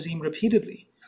repeatedly